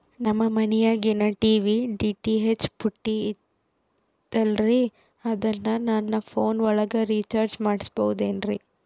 ನಮ್ಮ ಮನಿಯಾಗಿನ TV DTH ಪುಟ್ಟಿ ಐತಲ್ರೇ ಅದನ್ನ ನನ್ನ ಪೋನ್ ಒಳಗ ರೇಚಾರ್ಜ ಮಾಡಸಿಬಹುದೇನ್ರಿ?